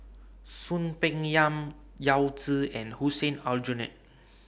Soon Peng Yam Yao Zi and Hussein Aljunied